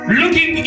looking